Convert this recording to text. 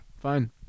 Fine